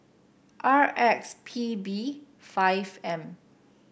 R X P B five M